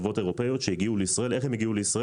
חברות אירופאיות שהגיעו לישראל.